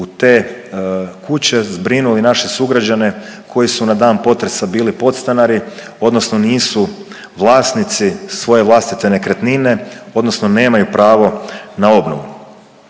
u te kuće zbrinuli naše sugrađane koji su na dan potresa bili podstanari odnosno nisu vlasnici svoje vlastite nekretnine odnosno nemaju pravo na obnovu.